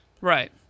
right